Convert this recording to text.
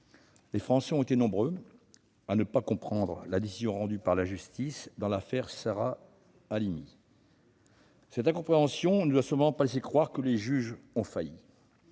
Les Français ont été nombreux à ne pas comprendre la décision rendue par la justice dans l'affaire Sarah Halimi. Cette incompréhension ne doit cependant pas laisser croire que les juges ont failli.